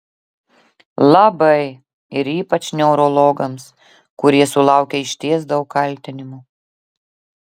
labai ir ypač neurologams kurie sulaukia išties daug kaltinimų